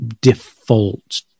default